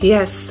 Yes